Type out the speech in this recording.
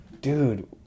Dude